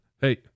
hey